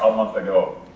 month ago.